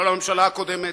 לא לממשלה הקודמת.